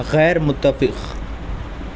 غیر متفق